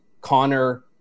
Connor